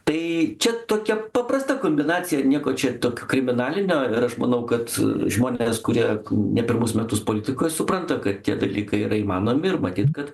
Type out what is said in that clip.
tai čia tokia paprasta kombinacija nieko čia tokio kriminalinio ir aš manau kad žmonės kurie ne pirmus metus politikoj supranta kad tie dalykai yra įmanomi ir matyt kad